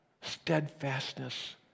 steadfastness